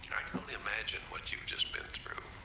i can only imagine what you've just been through.